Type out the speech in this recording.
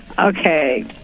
Okay